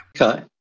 Okay